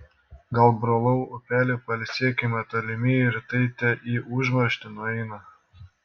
gal brolau upeli pailsėkime tolimieji rytai te į užmarštį nueina